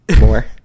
more